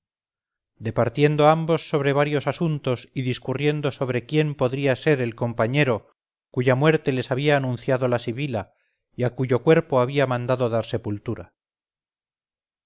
departiendo ambos sobre varios asuntos y discurriendo sobre quién podría ser el compañero cuya muerte les había anunciado la sibila y a cuyo cuerpo había mandado dar sepultura